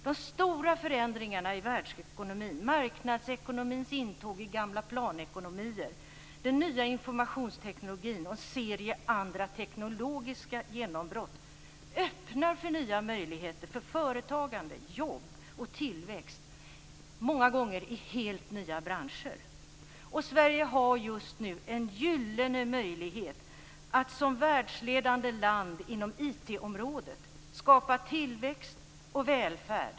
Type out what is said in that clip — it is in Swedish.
De stora förändringarna i världsekonomin, marknadsekonomins intåg i gamla planekonomier, den nya informationstekniken och en serie andra teknologiska genombrott öppnar för nya möjligheter för företagande, jobb och tillväxt - många gånger i helt nya branscher. Sverige har just nu en gyllene möjlighet att som världsledande land inom IT-området skapa tillväxt och välfärd.